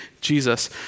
Jesus